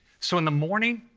so in the morning,